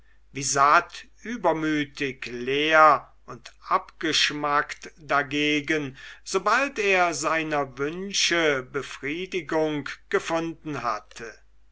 wie satt übermütig leer und abgeschmackt dagegen sobald er seiner wünsche befriedigung gefunden hatte